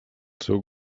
seu